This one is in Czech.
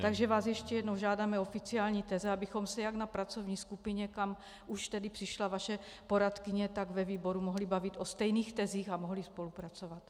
Takže vás ještě jednou žádám o oficiální teze, abychom se jak na pracovní skupině, kam už přišla vaše poradkyně, tak ve výboru mohli bavit o stejných tezích a mohli spolupracovat.